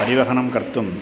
परिवहनं कर्तुं